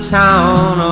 town